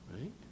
Right